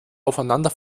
aufeinander